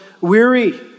weary